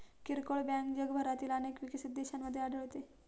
किरकोळ बँक जगभरातील अनेक विकसित देशांमध्ये आढळते